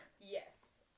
Yes